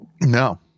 No